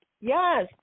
Yes